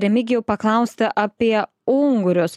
remigijau paklausti apie ungurius